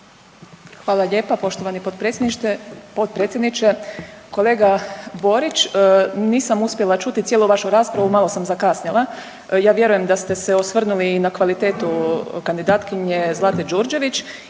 Hvala lijepa poštovani potpredsjedniče. Kolega Borić nisam uspjela čuti cijelu vašu raspravu, malo sam zakasnila. Ja vjerujem da ste se osvrnuli i na kvalitetu kandidatkinje Zlate Đurđević